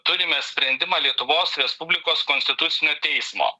turime sprendimą lietuvos respublikos konstitucinio teismo